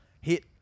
hit